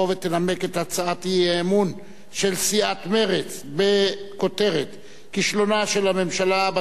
הצעת האי-אמון של סיעת מרצ בכותרת: כישלונה של הממשלה בתחום המדיני,